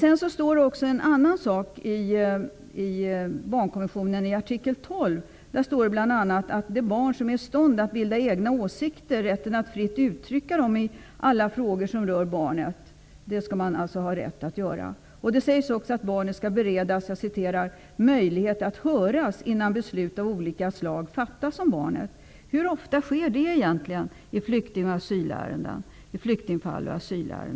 I artikel 12 i barnkonventionen står det att det barn som är i stånd att bilda egna åsikter, skall ha rätt att fritt uttrycka dem i alla frågor som rör barnet. Det sägs också att barnet skall beredas möjlighet att höras innan beslut av olika slag fattas om barnet. Hur ofta sker det i ärenden som rör flykting och asylfall egentligen?